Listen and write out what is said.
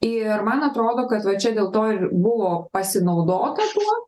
ir man atrodo kad va čia dėl to ir buvo pasinaudota tuo